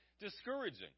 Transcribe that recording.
discouraging